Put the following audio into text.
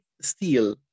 steel